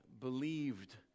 believed